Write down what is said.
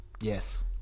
Yes